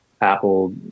Apple